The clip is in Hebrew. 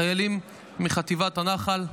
חיילים מחטיבת הנח"ל,